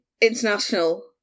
international